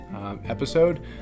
episode